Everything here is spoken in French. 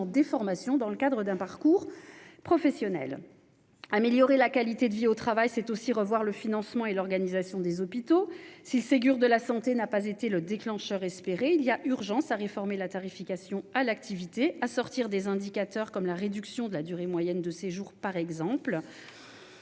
des formations dans le cadre d'un parcours professionnel. Ensuite, améliorer la qualité de vie au travail, c'est aussi revoir le financement et l'organisation des hôpitaux. Si le Ségur de la santé n'a pas été le déclencheur espéré, il y a urgence à réformer la tarification à l'activité (T2A) et à sortir des indicateurs comme la réduction de la durée moyenne de séjour, par exemple.